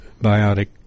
biotic